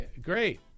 Great